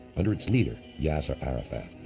under its leader, yasser arafat.